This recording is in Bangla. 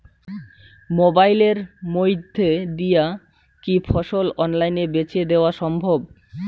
মোবাইলের মইধ্যে দিয়া কি ফসল অনলাইনে বেঁচে দেওয়া সম্ভব?